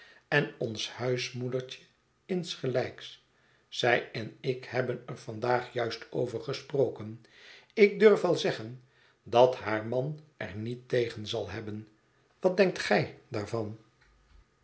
en ons huismoedertje insgelijks zij en ik hebben er vandaag juist over gesproken ik durf wel zeggen dat haar man er niet tegen zal hebben wat denkt gj daarvan